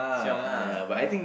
chiong ah ah